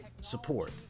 support